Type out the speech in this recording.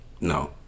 No